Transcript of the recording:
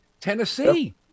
Tennessee